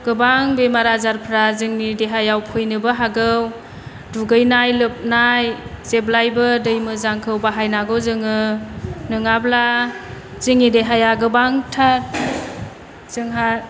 गोबां बेमार आजारफ्रा जोंनि देहायाव फैनोबो हागौ दुगैनाय लोबनाय जेब्लायबो दै मोजांखौ बाहायनांगौ जोङो नङाब्ला जोंनि देहाया गोबांथार जोंहा